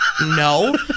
no